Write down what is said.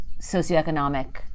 socioeconomic